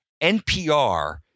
NPR